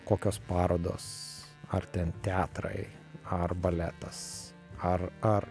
kokios parodos ar ten teatrai ar baletas ar ar